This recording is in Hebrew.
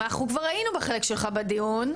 אנחנו היינו בחלק שלך בדיון,